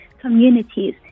communities